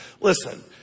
Listen